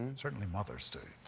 and and certainly mothers do.